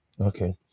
okay